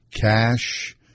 cash